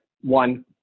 one